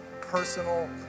personal